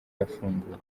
yafunguwe